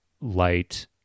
light